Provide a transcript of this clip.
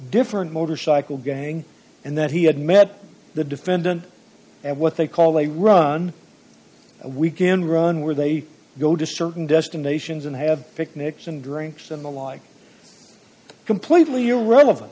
different motorcycle gang and that he had met the defendant at what they call a run a weekend run where they go to certain destinations and have picnics and drinks and the like completely irrelevant